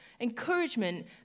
Encouragement